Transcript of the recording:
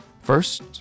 First